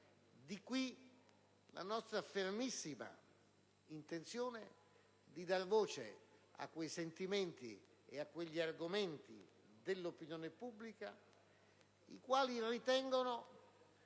Di qui la nostra fermissima intenzione di dare voce a quei sentimenti e a quegli argomenti dell'opinione pubblica secondo